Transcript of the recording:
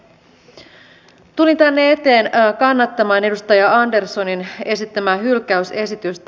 tulin tänne eteen kannattamaan edustaja anderssonin esittämää hylkäysesitystä